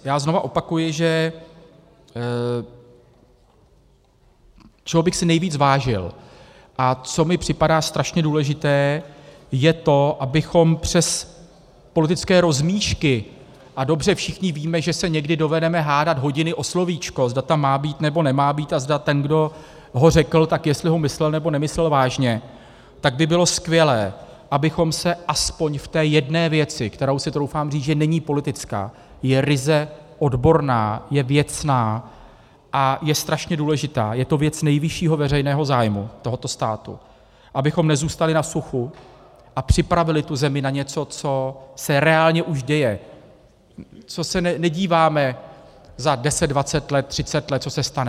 Já znovu opakuji, čeho bych si nejvíc vážil a co mi připadá strašné důležité, je to, abychom přes politické rozmíšky, a dobře všichni víme, že se někdy dovedeme hádat hodiny o slovíčko, zda tam má být, nebo nemá být a zda ten, kdo ho řekl, tak jestli ho myslel nebo nemyslel vážně tak by bylo skvělé, abychom se aspoň v té jedné věci, kterou si troufám říct, že není politická, je ryze odborná, je věcná a je strašně důležitá, je to věc nejvyššího veřejného zájmu tohoto státu, abychom nezůstali na suchu a připravili tu zemi na něco, co se reálně už děje, co se nedíváme za deset, dvacet let, třicet let, co se stane.